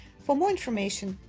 for more information,